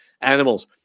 animals